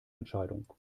entscheidung